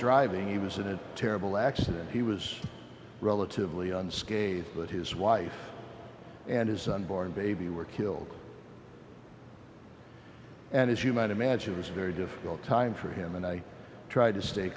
driving he was in a terrible accident he was relatively unscathed but his wife and his unborn baby were killed and as you might imagine it was a very difficult time for him and i tried to stay